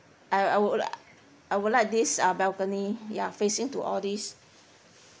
I I would like I would like this uh balcony ya facing to all these